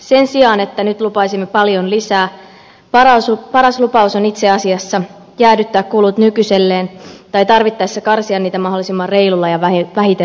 sen sijaan että nyt lupaisimme paljon lisää paras lupaus on itse asiassa jäädyttää kulut nykyiselleen tai tarvittaessa karsia niitä mahdollisimman reilulla ja vähiten vahingoittavalla tavalla